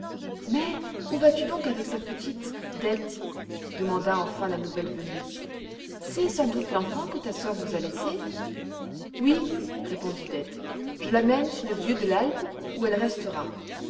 mais où vas-tu donc avec cette petite dete demanda enfin la nouvelle venue c'est sans doute l'enfant que ta sœur vous a laissé oui répondit dete je la mène chez le vieux de l'alpe où elle restera